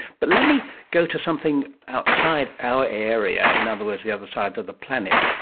but let me go to something outside our area, in other words the other side of the planet,